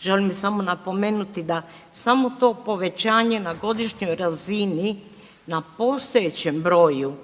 želim samo napomenuti da samo to povećanje na godišnjoj razini, na postojećem broju